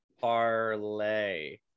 parlay